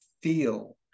feel